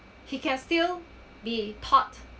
he can still be part